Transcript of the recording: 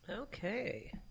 Okay